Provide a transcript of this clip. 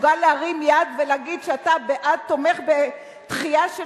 מסוגל להרים יד ולהגיד שאתה תומך בדחייה של